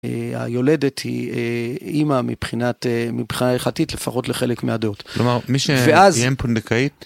הא... היולדת היא הא... אימא מבחינת הא... מבחינה הלכתית לפחות לחלק מהדעות. כלומר מי ש...ואז.. היא אם פונדקאית...